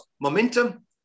momentum